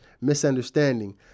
misunderstanding